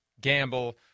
gamble